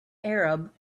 arab